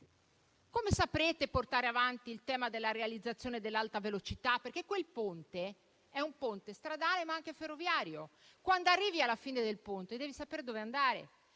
Come saprete portare avanti il tema della realizzazione dell'alta velocità? Quel ponte infatti è stradale, ma anche ferroviario. Quando si arriva alla fine del ponte, bisogna sapere dove andare,